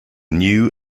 new